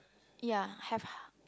ya have